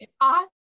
awesome